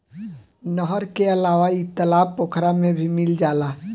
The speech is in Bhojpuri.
नहर के अलावा इ तालाब पोखरा में भी मिल जाला